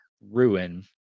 ruin